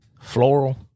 floral